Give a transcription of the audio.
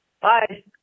Bye